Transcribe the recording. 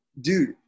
dude